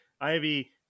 Ivy